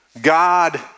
God